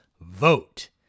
vote